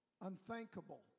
Unthinkable